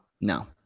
No